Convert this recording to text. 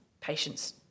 patients